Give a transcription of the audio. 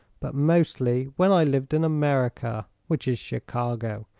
but mostly when i lived in america, which is chicago.